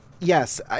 yes